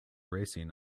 racing